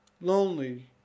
lonely